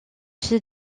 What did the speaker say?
qui